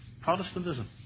Protestantism